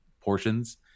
portions